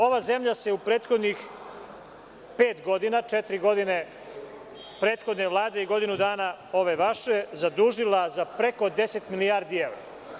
Ova zemljase u prethodnih pet godina, četiri godine prethodne Vlade i godinu dana ove vaše, zadužila za preko 10 milijardi evra.